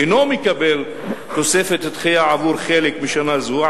אינו מקבל תוספת דחייה עבור חלק משנה זו,